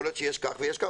יכול להיות שיש כך ויש כך,